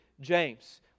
James